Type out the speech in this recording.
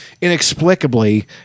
inexplicably